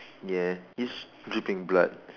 ya he's dripping bleed